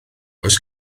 oes